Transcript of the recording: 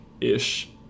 ish